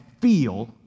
feel